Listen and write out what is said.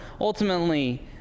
ultimately